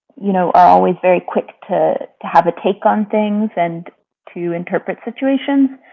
you know, always very quick to have a take on things and to interpret situations.